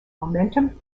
momentum